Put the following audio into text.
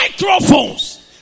microphones